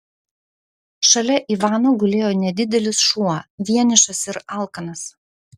šalia ivano gulėjo nedidelis šuo vienišas ir alkanas